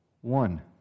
one